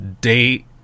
date